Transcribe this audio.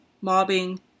mobbing